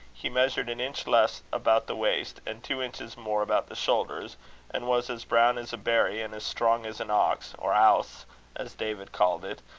he measured an inch less about the waist, and two inches more about the shoulders and was as brown as a berry, and as strong as an ox, or owse as david called it,